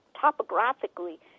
topographically